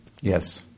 Yes